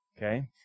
Okay